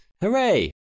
Hooray